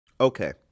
okay